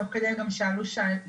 תוך כדי הם גם שאלו שאלות,